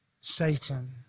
Satan